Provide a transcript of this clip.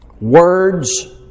words